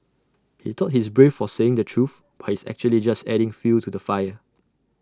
he thought he's brave for saying the truth but he's actually just adding fuel to the fire